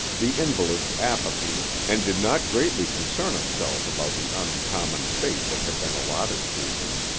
the invalid's apathy and did not greatly concern himself about the uncommon fate that had been allotted to him.